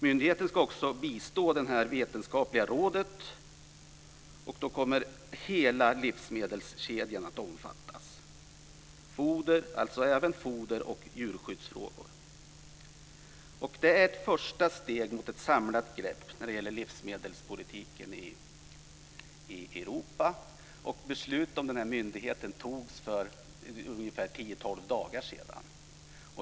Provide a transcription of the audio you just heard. Myndigheten ska också bistå det vetenskapliga rådet, och då kommer hela livsmedelskedjan att omfattas, alltså även foder och djurskyddsfrågor. Det är ett första steg mot ett samlat grepp när det gäller livsmedelspolitiken i Europa, och beslut om den här myndigheten togs för ungefär tio-tolv dagar sedan.